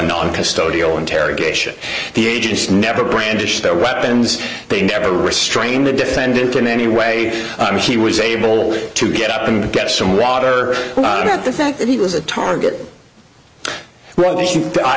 non custodial interrogation the agents never brandish their weapons they never restrained the defendant in any way which he was able to get up and get some water on it the fact that he was a target well i